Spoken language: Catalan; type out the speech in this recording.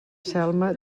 selma